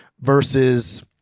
versus